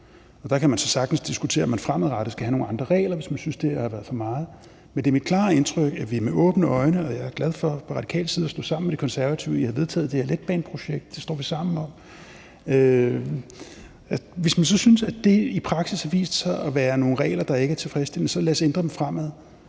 man så sagtens diskutere, om man fremadrettet skal have nogle andre regler, hvis man synes, det har været for meget. Men jeg er glad for fra radikal side at stå sammen med De Konservative i at have vedtaget det her letbaneprojekt; det står vi sammen om. Hvis man så synes, at det i praksis har vist sig at være nogle regler, der ikke er tilfredsstillende, så lad os ændre dem fremadrettet.